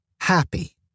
happy